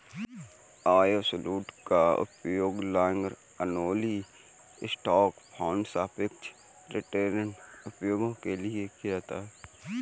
absolute का उपयोग long only stock fund सापेक्ष रिटर्न उपायों के लिए किया जाता है